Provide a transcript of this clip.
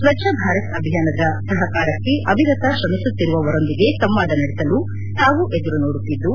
ಸ್ವಚ್ವಭಾರತ್ ಅಭಿಯಾನದ ಸಹಕಾರಕ್ಕೆ ಅವಿರತ ಶ್ರಮಿಸುತ್ತಿರುವವರೊಂದಿಗೆ ಸಂವಾದ ನಡೆಸಲು ತಾವು ಎದುರು ನೋಡುತ್ತಿದ್ದು